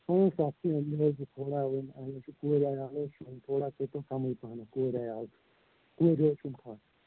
پانٛژھ ساس یہِ تھوڑا وۄنۍ مےٚ چھُ کورِ عیال حظ چھُم تھوڑا کٔرۍتو کَمٕے پَہنتھ کورِ عیال چھُ کورِ حظ چھُم